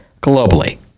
globally